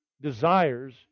desires